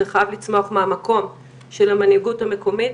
זה חייב לצמוח מהמקום של המנהיגות המקומית.